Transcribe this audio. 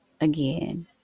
again